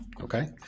Okay